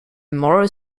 more